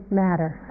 matter